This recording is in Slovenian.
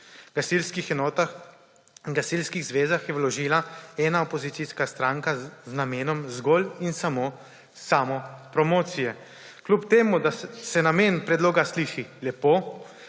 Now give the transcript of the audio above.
in gasilskih zvezah je vložila ena opozicijska stranka z namenom zgolj in samo samopromocije. Kljub temu da se namen predloga sliši lepo,